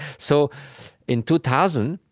so in two thousand,